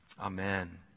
Amen